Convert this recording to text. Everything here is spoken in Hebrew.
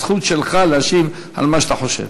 הזכות שלך להשיב על מה שאתה חושב.